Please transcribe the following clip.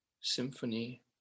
symphony